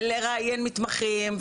זה לראיין מתמחים,